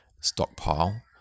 stockpile